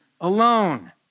alone